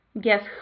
Guess